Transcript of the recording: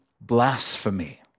blasphemy